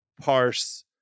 parse